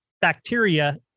bacteria